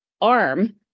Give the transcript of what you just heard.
arm